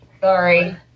Sorry